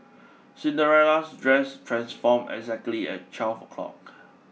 Cinderella's dress transformed exactly at twelve o'clock